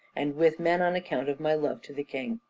and with men on account of my love to the king.